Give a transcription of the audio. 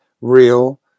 real